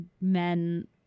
men